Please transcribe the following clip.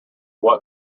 what